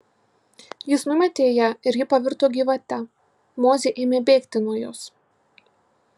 jis numetė ją ir ji pavirto gyvate mozė ėmė bėgti nuo jos